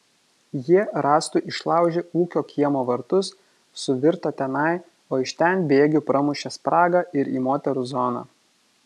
jie rąstu išlaužė ūkio kiemo vartus suvirto tenai o iš ten bėgiu pramušė spragą ir į moterų zoną